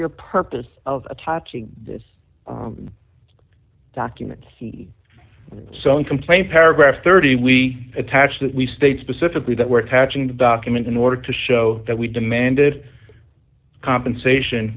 your purpose of touching this document so in complaint paragraph thirty we attach that we state specifically that we're attaching the documents in order to show that we demanded compensation